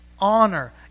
honor